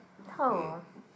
oh